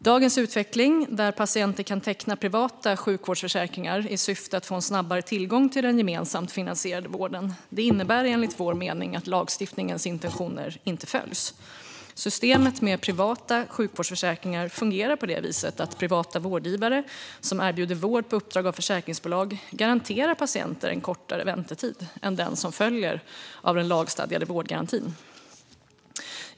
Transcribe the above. Dagens utveckling där patienter kan teckna privata sjukvårdsförsäkringar i syfte att få en snabbare tillgång till den gemensamt finansierade vården innebär enligt vår mening att lagstiftningens intentioner inte följs. Systemet med privata sjukvårdsförsäkringar fungerar på det viset att privata vårdgivare som erbjuder vård på uppdrag av försäkringsbolag garanterar patienter en kortare väntetid än den som följer av den lagstadgade vårdgarantin.